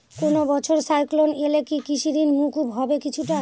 কোনো বছর সাইক্লোন এলে কি কৃষি ঋণ মকুব হবে কিছুটা?